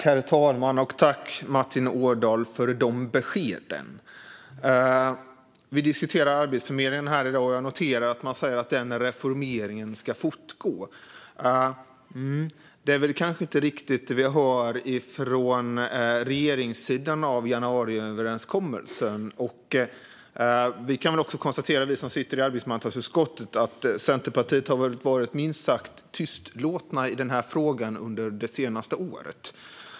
Herr talman! Tack, Martin Ådahl, för dessa besked! Vi diskuterar Arbetsförmedlingen här i dag. Jag noterar att man säger att reformeringen ska fortgå. Det är väl kanske inte riktigt det vi hör från regeringssidan i januariöverenskommelsen. Vi kan väl konstatera, vi som sitter i arbetsmarknadsutskottet, att Centerpartiet har varit minst sagt tystlåtna i denna fråga under det senaste året.